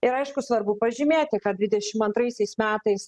ir aišku svarbu pažymėti kad dvidešim antraisiais metais